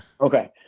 Okay